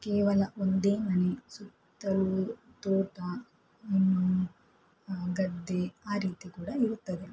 ಕೇವಲ ಒಂದೇ ಮನೆ ಸುತ್ತಲೂ ತೋಟ ಇನ್ನು ಗದ್ದೆ ಆ ರೀತಿ ಕೂಡ ಇರುತ್ತದೆ